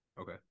Okay